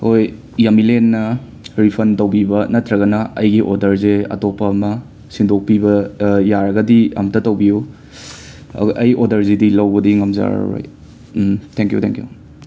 ꯍꯣꯏ ꯌꯥꯝꯕꯤꯂꯦꯟꯅ ꯔꯤꯐꯟ ꯇꯧꯕꯤꯕ ꯅꯠꯇ꯭ꯔꯒꯅ ꯑꯩꯒꯤ ꯑꯣꯗꯔꯖꯦ ꯑꯇꯣꯞꯄ ꯑꯃ ꯁꯤꯟꯗꯣꯛꯄꯤꯕ ꯌꯥꯔꯒꯗꯤ ꯑꯝꯇ ꯇꯧꯕꯤꯌꯨ ꯑꯗꯨꯒ ꯑꯩ ꯑꯣꯗꯔꯖꯤꯗꯤ ꯂꯧꯕꯗꯤ ꯉꯝꯖꯔꯔꯣꯏ ꯊꯦꯡꯀ꯭ꯌꯨ ꯊꯦꯡꯀ꯭ꯌꯨ